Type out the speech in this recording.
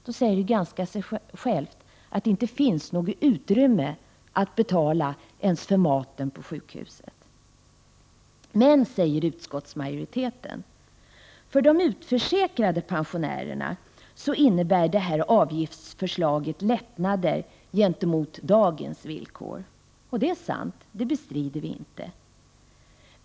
Då säger det sig självt att det inte finns något utrymme för att betala ens för maten på sjukhuset. Men, säger utskottsmajoriteten, för de utförsäkrade pensionärerna innebär detta avgiftsförslag lättnader gentemot dagens villkor. Det är sant — det bestrider vi inte.